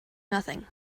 nothing